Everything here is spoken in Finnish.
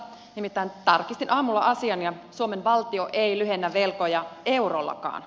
nimittäin tarkistin aamulla asian ja suomen valtio ei lyhennä velkoja eurollakaan